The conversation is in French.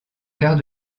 quart